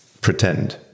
pretend